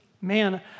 Man